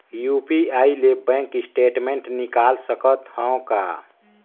UPI ले bank statement निकाल सकत हवं का?